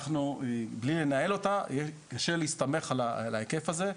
בלי לנהל אותה, יהיה קשה להסתמך על ההיקף זה.